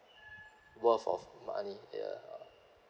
worth of money ya